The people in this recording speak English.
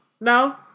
No